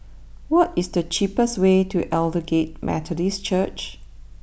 what is the cheapest way to Aldersgate Methodist Church